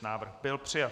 Návrh byl přijat.